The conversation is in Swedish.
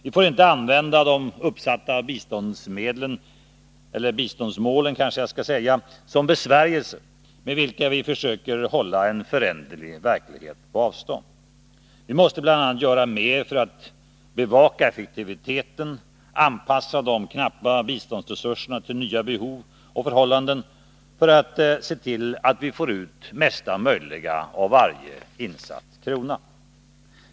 Vi får inte använda de uppsatta biståndsmålen som besvärjelser med vilka vi försöker hålla en föränderlig verklighet på avstånd. Vi måste bl.a. göra mer för att bevaka effektiviteten, anpassa de knappa biståndsresurserna till nya behov och förhållanden för att få ut det mesta möjliga av varje krona.